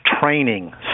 training